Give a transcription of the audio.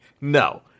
No